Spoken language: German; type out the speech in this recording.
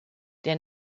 der